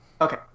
Okay